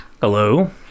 Hello